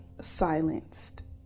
silenced